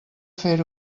fer